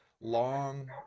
long